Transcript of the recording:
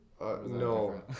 No